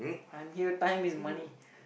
I'm here time is money